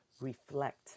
reflect